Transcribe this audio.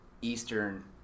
eastern